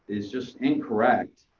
is just incorrect